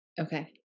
Okay